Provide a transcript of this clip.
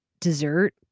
dessert